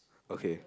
okay